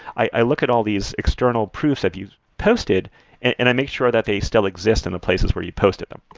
i i look at all these external proofs that you've posted and i make sure that they still exist in the places where you posted them.